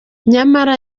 nyamara